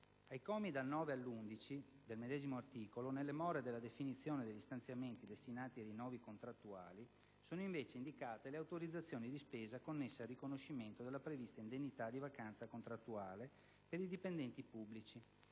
Ai commi da 9 a 11 del medesimo articolo, nelle more della definizione degli stanziamenti destinati ai rinnovi contrattuali, sono invece indicate le autorizzazioni di spesa connesse al riconoscimento della prevista indennità di vacanza contrattuale per i dipendenti pubblici,